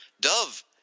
Dove